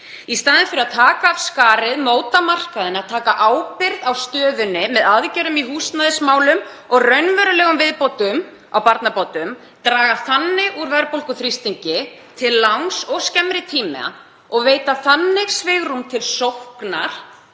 Í staðinn fyrir að taka af skarið, móta markaðinn, taka ábyrgð á stöðunni með aðgerðum í húsnæðismálum og raunverulegum viðbótum á barnabótum, draga þannig úr verðbólguþrýstingi til langs og skemmri tíma og veita þannig svigrúm til sóknar